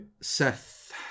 Seth